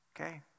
Okay